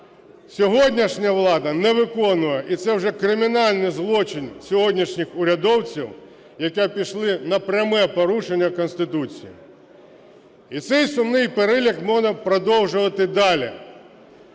Сьогоднішня влада не виконує, і це вже кримінальний злочин сьогоднішніх урядовців, які пішли на пряме порушення Конституції. І цей сумний перелік можна продовжувати далі.